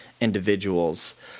individuals